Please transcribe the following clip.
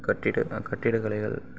கட்டிட கட்டிடக்கலைகள்